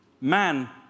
man